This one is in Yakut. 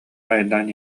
айаннаан